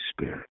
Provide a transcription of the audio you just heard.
Spirit